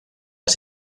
las